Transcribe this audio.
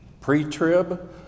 Pre-trib